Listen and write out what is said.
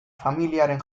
familiaren